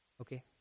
Okay